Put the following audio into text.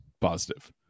positive